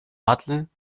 datteln